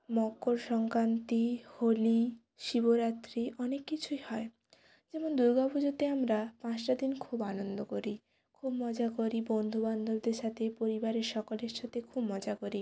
মকর সংক্রান্তি হোলি শিবরাত্রি অনেক কিছুই হয় যেমন দুর্গা পুজোতে আমরা পাঁচটা দিন খুব আনন্দ করি খুব মজা করি বন্ধুবান্ধবদের সাথে পরিবারের সকলের সাথে খুব মজা করি